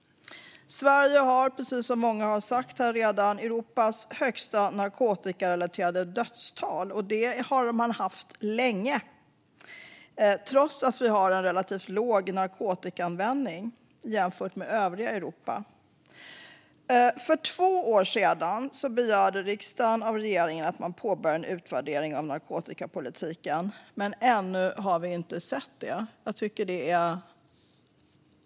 Sverige har, precis som många här redan har sagt, Europas högsta narkotikarelaterade dödstal. Det har Sverige haft länge, trots en relativt låg narkotikaanvändning jämfört med övriga Europa. För två år sedan begärde riksdagen av regeringen att man skulle påbörja en utvärdering av narkotikapolitiken, men ännu har vi inte sett detta.